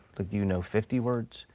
like, do you know fifty words?